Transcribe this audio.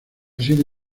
sido